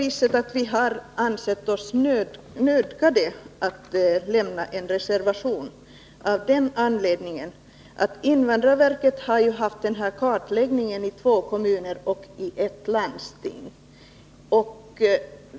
Vi har emellertid sett oss nödsakade att avge en reservation. Invandrarverket har gjort en kartläggning i två kommuner och ett landsting.